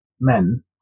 men